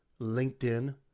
LinkedIn